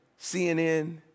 CNN